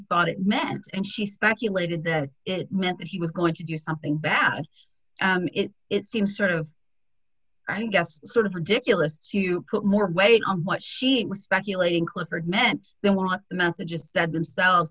thought it meant and she speculated that it meant that he was going to do something bad it seems sort of i guess sort of ridiculous to put more weight on what she was speculating clifford meant they want the message just said themselves